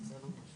בוודאי שעבדנו.